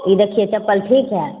ई देखियै चप्पल ठीक हइ